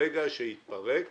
ברגע שיפורק